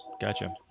gotcha